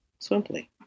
Swimply